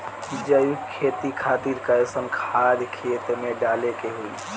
जैविक खेती खातिर कैसन खाद खेत मे डाले के होई?